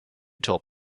told